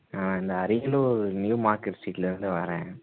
ஆ இந்த Ariyalur new market ஸ்ட்ரீட்லேருந்து வரேன்